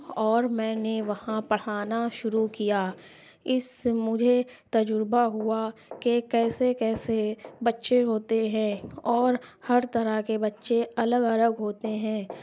اور میں نے وہاں پڑھانا شروع کیا اس سے مجھے تجربہ ہوا کہ کیسے کیسے بچے ہوتے ہیں اور ہر طرح کے بچے الگ الگ ہوتے ہیں